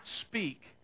speak